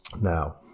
Now